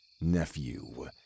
nephew